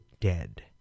dead